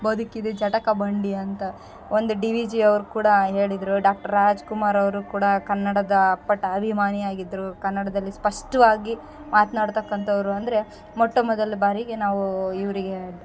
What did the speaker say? ಬದುಕಿದೆ ಜಟಕಾ ಬಂಡಿ ಅಂತ ಒಂದು ಡಿ ವಿ ಜಿ ಅವರು ಕೂಡ ಹೇಳಿದರು ಡಾಕ್ಟರ್ ರಾಜ್ಕುಮಾರ್ ಅವರು ಕೂಡ ಕನ್ನಡದ ಅಪ್ಪಟ ಅಭಿಮಾನಿಯಾಗಿದ್ರು ಕನ್ನಡದಲ್ಲಿ ಸ್ಪಷ್ಟವಾಗಿ ಮಾತ್ನಾಡ್ತಕ್ಕಂಥವ್ರು ಅಂದರೆ ಮೊಟ್ಟ ಮೊದಲ ಬಾರಿಗೆ ನಾವೂ ಇವರಿಗೆ